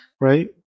right